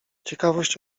ciekawość